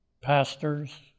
pastors